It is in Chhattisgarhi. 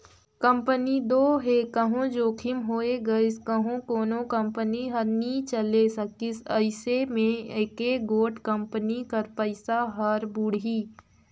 कंपनी दो हे कहों जोखिम होए गइस कहों कोनो कंपनी हर नी चले सकिस अइसे में एके गोट कंपनी कर पइसा हर बुड़ही